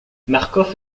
marcof